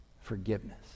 Forgiveness